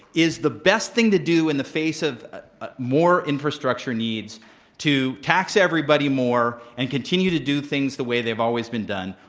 is the best thing to do in the face of more infrastructure needs to tax everybody more and continue to do things the way they've always been done,